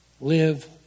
Live